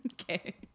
Okay